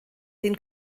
den